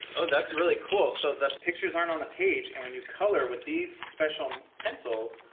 oh that's really cool. so the pictures aren't on the page and when you color with these special pencils,